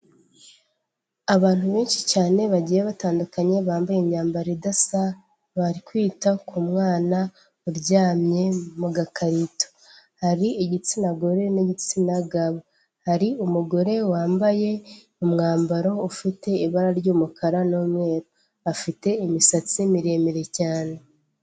Abantu benshi cyane bagiye batandukanye bambaye imyambaro idasa bari kwita ku mwana uryamye mu gakarito, hari igitsina gore n'igitsina gabo hari umugore wambaye umwambaro ufite ibara ry'umukara n'umweru, afite imisatsi miremire cyane.